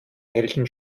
helden